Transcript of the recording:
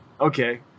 Okay